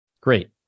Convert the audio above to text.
Great